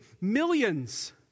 millions